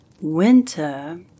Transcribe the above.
Winter